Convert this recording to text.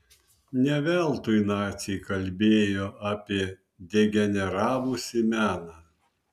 ne veltui naciai kalbėjo apie degeneravusį meną